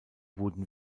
wurden